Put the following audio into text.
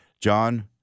John